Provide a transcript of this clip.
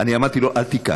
ואני אמרתי לו: אל תיקח,